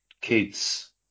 kids